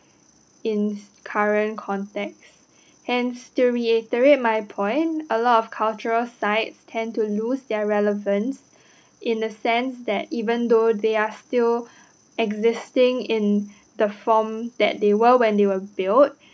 in current context hence to reiterate my point a lot of cultural sites tend to lose their relevance in the sense that even though they are still existing in the form that they were when they were built